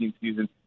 season